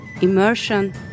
immersion